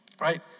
right